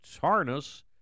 harness